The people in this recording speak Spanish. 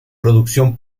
producción